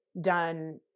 done